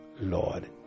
Lord